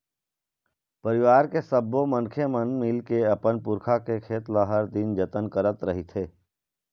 परिवार के सब्बो मनखे मन मिलके के अपन पुरखा के खेत ल हर दिन जतन करत रहिथे